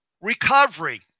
recovery